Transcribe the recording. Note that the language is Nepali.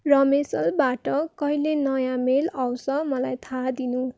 रमेसलबाट कहिले नयाँ मेल आउँछ मलाई थाहा दिनु